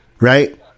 Right